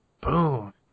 Boom